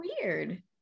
weird